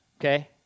okay